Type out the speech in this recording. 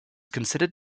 considered